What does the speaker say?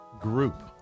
group